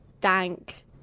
dank